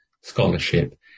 scholarship